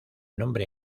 nombre